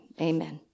amen